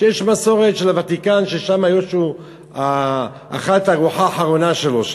שיש מסורת של הוותיקן ששם ישו אכל את הארוחה האחרונה שלו.